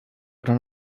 oder